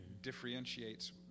differentiates